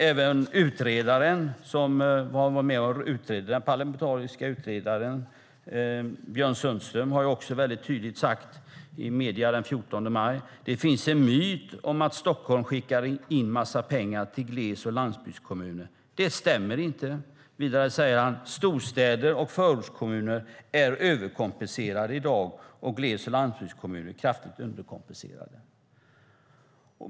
Även den parlamentariska utredaren Björn Sundström sade väldigt tydligt i medierna den 14 maj att det finns en myt om att Stockholm skickar en massa pengar till gles och landsbygdskommuner och att det inte stämmer. Vidare säger han att storstäder och förortskommuner i dag är överkompenserade och gles och landsbygdskommuner kraftigt underkompenserade.